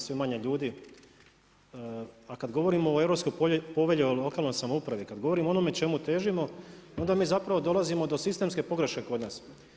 Sve manje ljudi, a kad govorimo o Europskoj povelji o lokalnoj samoupravi, kad govorim o onome čemu težimo onda mi zapravo dolazimo do sistemske pogreške kod nas.